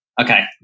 Okay